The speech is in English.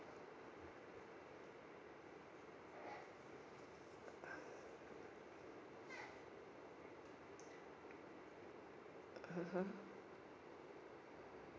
mmhmm